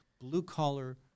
blue-collar